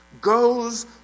goes